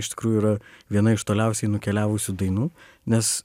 iš tikrųjų yra viena iš toliausiai nukeliavusių dainų nes